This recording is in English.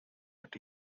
that